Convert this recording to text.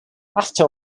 after